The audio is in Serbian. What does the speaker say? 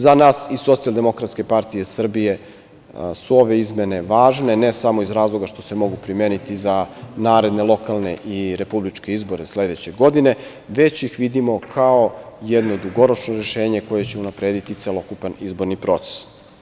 Za nas iz SDPS su ove izmene važne, ne samo iz razloga što se mogu primeniti za naredne lokalne i republičke izbore sledeće godine, već ih vidimo kao jedno dugoročno rešenje koje će unaprediti celokupan izborni proces.